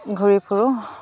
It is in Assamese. ঘূৰি ফুৰো